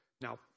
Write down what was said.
now